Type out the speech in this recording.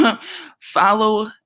Follow